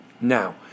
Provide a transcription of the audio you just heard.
Now